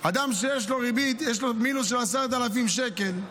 אדם שיש לו ריבית ויש לו מינוס של 10,000 שקל,